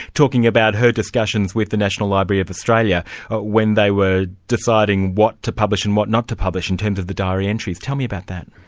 talking about her discussions with the national library of australia when they were deciding what to publish and what not to publish in terms of the diary entries. tell me about that.